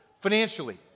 financially